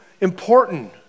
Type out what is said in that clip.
important